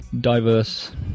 diverse